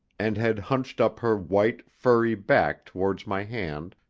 and had hunched up her white, furry back towards my hand,